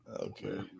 Okay